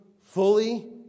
fully